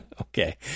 Okay